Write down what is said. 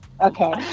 Okay